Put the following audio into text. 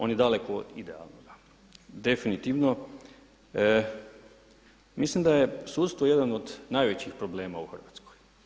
On je daleko od idealnoga, definitivno, mislim da je sudstvo jedan od najvećih problema u Hrvatskoj.